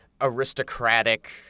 aristocratic